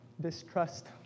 distrust